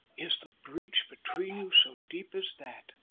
is the breach between you so deep as that!